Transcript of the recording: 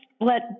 let